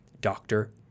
doctor